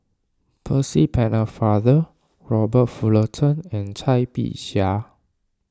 Percy Pennefather Robert Fullerton and Cai Bixia